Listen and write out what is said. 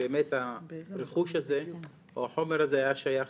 שבאמת הרכוש הזה או החומר הזה היה שייך